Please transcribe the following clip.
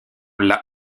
l’a